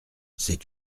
c’est